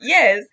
Yes